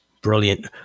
Brilliant